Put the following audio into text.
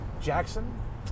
Jackson